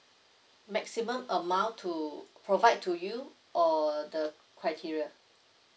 maximum amount to provide to you or the criteria